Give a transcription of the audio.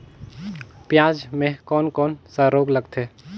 पियाज मे कोन कोन सा रोग लगथे?